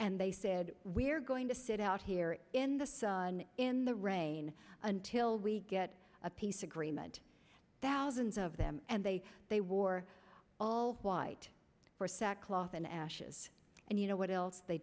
and they said we're going to sit out here in the sun in the rain until we get a peace agreement thousands of them and they they wore all white for sackcloth and ashes and you know what else they